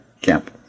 camp